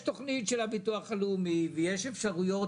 יש תוכנית של הביטוח הלאומי ויש אפשרויות